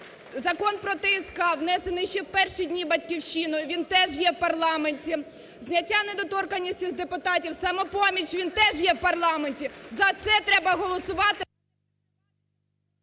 Закон про ТСК, внесений ще в перші дні "Батьківщиною", він теж є в парламенті; зняття недоторканності з депутатів, "Самопоміч", він теж є в парламенті. За це треба голосувати…